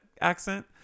accent